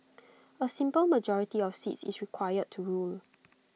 A simple majority of seats is required to rule